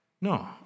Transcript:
no